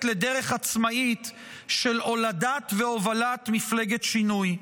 לדרך עצמאית של הולדה והובלת מפלגת שינוי.